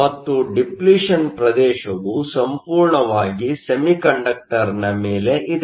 ಮತ್ತು ಡಿಪ್ಲಿಷನ್ ಪ್ರದೇಶವು ಸಂಪೂರ್ಣವಾಗಿ ಸೆಮಿಕಂಡಕ್ಟರ್ನ ಮೇಲೆ ಇದೆ